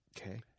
Okay